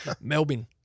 melbourne